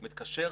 מתקשר,